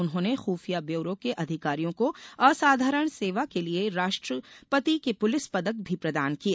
उन्होंने खुफिया ब्यूरो के अधिकारियों को असाधारण सेवा के लिए राष्ट्रपति के पुलिस पदक भी प्रदान किए